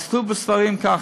אז כתוב בספרים ככה: